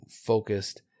focused